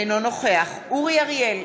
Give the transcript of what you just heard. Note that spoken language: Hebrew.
אינו נוכח אורי אריאל,